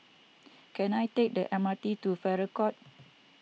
can I take the M R T to Farrer Court